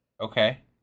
Okay